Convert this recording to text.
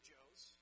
Joe's